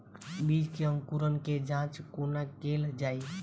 बीज केँ अंकुरण केँ जाँच कोना केल जाइ?